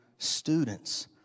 Students